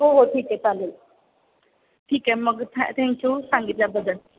हो हो ठीक आहे चालेल ठीक आहे मग थ थँक्यू सांगितल्याबद्दल